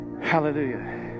hallelujah